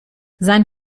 sein